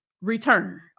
return